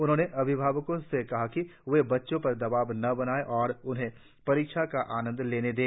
उन्होंने अभिभावकों से कहा कि वे बच्चों पर दबाव न बनाएं और उन्हें परीक्षा का आनन्द लेने दें